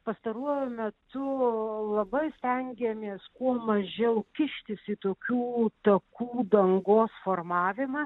pastaruoju metu labai stengiamės kuo mažiau kištis į tokių takų dangos formavimą